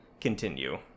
continue